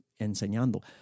enseñando